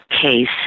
case